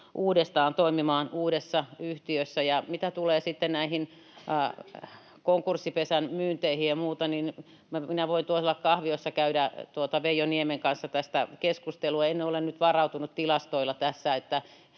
uudestaan toimimaan uudessa yhtiössä. Ja mitä tulee sitten näihin konkurssipesän myynteihin ja muuta, niin minä voin tuolla kahviossa käydä Veijo Niemen kanssa tästä keskustelua. En ole nyt varautunut tilastoilla,